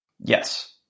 Yes